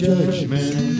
Judgment